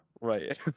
right